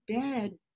bed